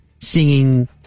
singing